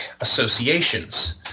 associations